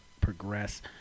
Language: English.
progress